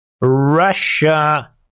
Russia